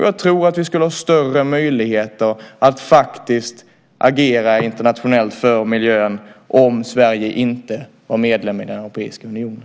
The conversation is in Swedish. Jag tror att vi skulle ha större möjligheter att faktiskt agera internationellt för miljön om Sverige inte var medlem i den europeiska unionen.